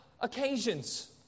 occasions